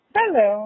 Hello